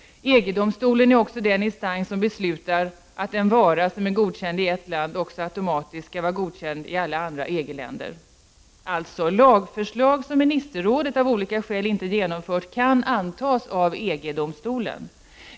EG-domstolen är också den instans som beslutar att en vara som är godkänd i ett land också automatiskt skall vara godkänd i alla andra EG-länder. Alltså: Lagförslag som ministerrådet av olika skäl inte har genomfört kan antas av EG-domstolen.